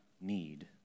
need